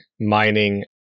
mining